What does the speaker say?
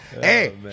Hey